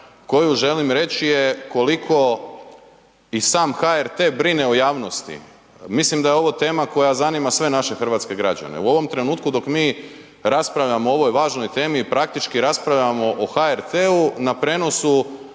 koju želim reći koliko i sam HRT brine o javnosti. Mislim da je ovo tema koja zanima sve naše hrvatske građane. U ovom trenutku dok mi raspravljamo o ovoj važnoj temi praktički raspravljamo o HRT na prenosu